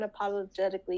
unapologetically